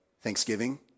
Thanksgiving